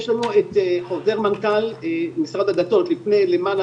יש לנו את חוזר מנכ"ל משרד הדתות לפני למעלה